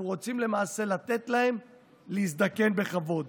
אנחנו רוצים, למעשה, לתת להם להזדקן בכבוד.